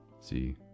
see